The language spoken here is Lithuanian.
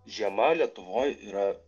žiema lietuvoj yra